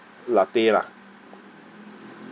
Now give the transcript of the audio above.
latte lah